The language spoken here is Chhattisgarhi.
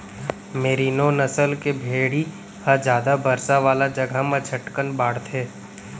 मेरिनों नसल के भेड़ी ह जादा बरसा वाला जघा म झटकन बाढ़थे